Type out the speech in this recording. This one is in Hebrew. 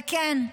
וכן,